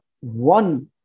one